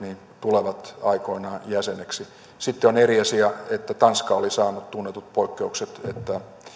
tulevat aikoinaan jäseniksi sitten on eri asia että tanska oli saanut tunnetut poikkeukset että